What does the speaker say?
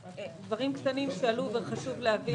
דברים קטנים שעלו וחשוב להבהיר.